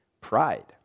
Pride